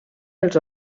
els